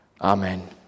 Amen